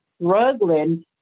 struggling